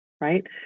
Right